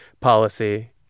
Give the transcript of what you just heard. policy